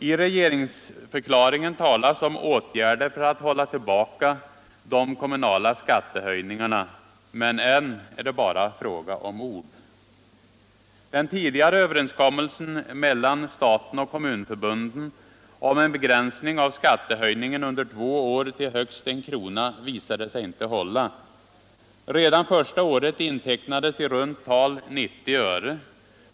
I regeringsförklaringen talas om åtgärder för att hålla tillbaka de kommunala skattehöjningarna, men än är det bara fråga om ord. Den tidigare överenskommelsen mellan staten och kommunförbunden om en begränsning av skattehöjningen under två år till högst I kr. visade sig inte hålla. Redan första året intecknades i runt tal 90 öre.